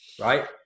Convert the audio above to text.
right